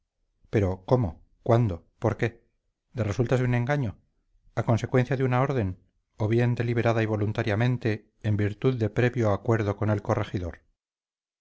abrirla cómo cuándo por qué de resultas de un engaño a consecuencia de una orden o bien deliberada y voluntariamente en virtud de previo acuerdo con el corregidor